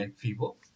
people